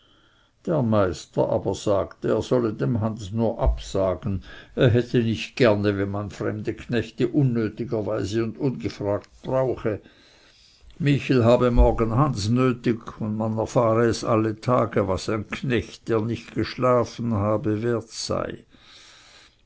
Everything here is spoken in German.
der meister aber sagte er solle dem hans nur absagen er hätte nicht gerne wenn man fremde knechte unnötigerweise und ungefragt brauche michel habe morgen hans nötig und man erfahre es alle tage was ein knecht der nicht geschlafen habe wert sei